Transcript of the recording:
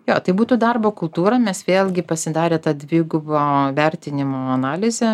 jo tai būtų darbo kultūra mes vėlgi pasidarę tą dvigubo vertinimo analizę